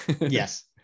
Yes